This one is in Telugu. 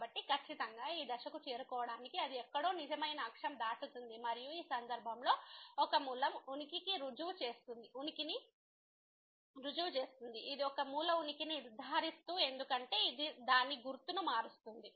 కాబట్టి ఖచ్చితంగా ఈ దశకు చేరుకోవటానికి అది ఎక్కడో నిజమైన అక్షం దాటుతుంది మరియు ఈ సందర్భంలో ఒక మూలం ఉనికిని రుజువు చేస్తుంది ఇది ఒక మూల ఉనికిని నిర్ధారిస్తుంది ఎందుకంటే ఇది దాని గుర్తును మారుస్తుంది